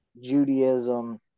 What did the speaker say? Judaism